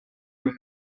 luis